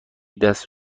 دست